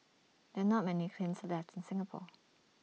there are not many kilns left in Singapore